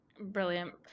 Brilliant